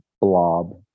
blob